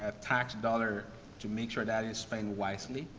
ah tax dollar to make sure that it's spend wisely.